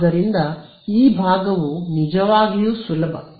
ಆದ್ದರಿಂದ ಈ ಭಾಗವು ನಿಜವಾಗಿಯೂ ಸುಲಭ